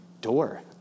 door